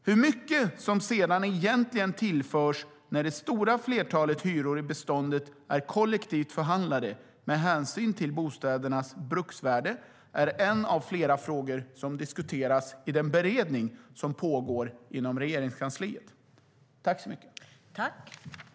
Hur mycket som sedan egentligen tillförs när det stora flertalet hyror i beståndet är kollektivt förhandlade med hänsyn till bostädernas bruksvärde är en av flera frågor som diskuteras i den beredning som pågår inom Regeringskansliet.